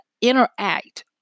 interact